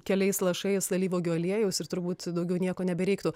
keliais lašais alyvuogių aliejaus ir turbūt daugiau nieko nebereiktų